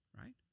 right